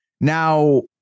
Now